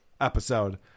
episode